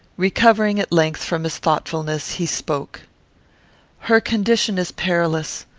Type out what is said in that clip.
recovering, at length, from his thoughtfulness, he spoke her condition is perilous.